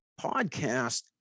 podcast